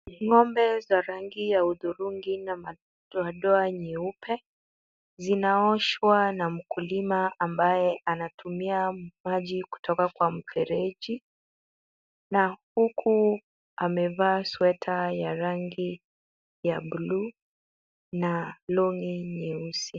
Ng'ombe za rangi ya hudhurungi na madoa doa nyeupe. Zinaoshwa na mkulima ambaye anatumia maji kutoka kwa mfereji na huku amevaa sweta ya rangi ya blue na long'i nyeusi.